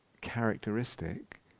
characteristic